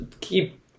keep